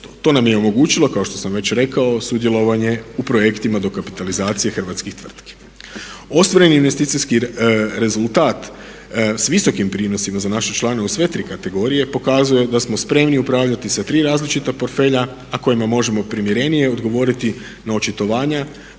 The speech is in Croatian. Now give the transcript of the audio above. To nam je omogućilo kao što sam već rekao sudjelovanje u projektima dokapitalizacije hrvatskih tvrtki. Ostvareni investicijski rezultat s visokim prinosima za naše članove u sve tri kategorije pokazuje da smo spremni upravljati sa tri različita portfelja a kojima možemo primjernije odgovoriti na očitovanja,